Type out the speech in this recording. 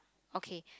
okay